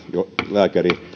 ylilääkäri